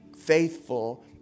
faithful